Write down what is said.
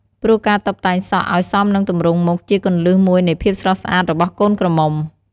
ព្រោះការតុបតែងសក់ឲ្យសមនឹងទំរង់មុខជាគន្លឹះមួយនៃភាពស្រស់ស្អាតរបស់កូនក្រមុំ។